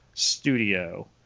studio